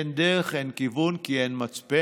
אין דרך, אין כיוון, כי אין מצפן,